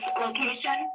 location